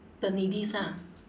the needys ah